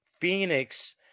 Phoenix